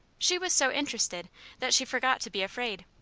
she was so interested that she forgot to be afraid.